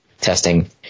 testing